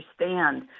understand